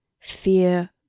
Fear